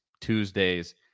Tuesdays